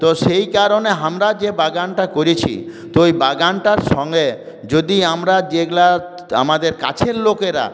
তো সেই কারণে আমরা যে বাগানটা করেছি তো ওই বাগানটার সঙ্গে যদি আমরা যেগুলা আমাদের কাছের লোকেরা